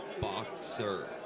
boxer